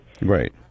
Right